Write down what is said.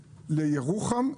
לירוחם,